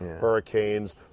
hurricanes